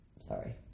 Sorry